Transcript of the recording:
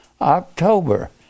October